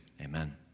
amen